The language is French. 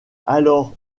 alors